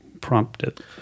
prompted